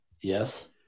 Yes